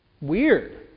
weird